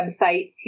websites